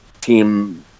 team